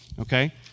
Okay